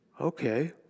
okay